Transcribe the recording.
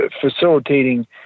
facilitating